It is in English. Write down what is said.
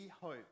hope